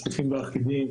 שקופים ואחידים.